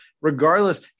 Regardless